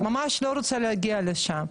אז ממש לא רוצה להגיע לשם,